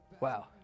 wow